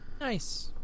Nice